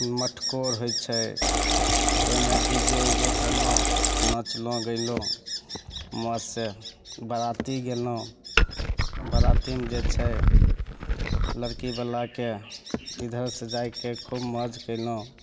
मटकोर होइ छै तऽ ओहिमे डी जे उजे करलहुँ नाचलहुँ गएलहुँ मौजसे बराती गेलहुँ बरातीमे जे छै लड़कीवलाके इधरसे जाके खूब मौज कएलहुँ